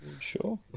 Sure